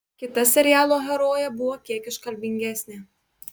kita serialo herojė buvo kiek iškalbingesnė